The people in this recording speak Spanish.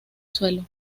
suelo